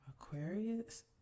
Aquarius